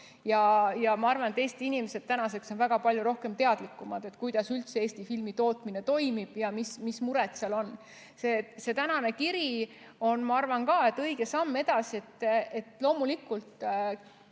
on. Ma arvan, et Eesti inimesed on nüüd väga palju rohkem teadlikumad, kuidas üldse Eesti filmitootmine toimib ja mis mured seal on. See tänane kiri on, ma arvan, ka õige samm edasi. Loomulikult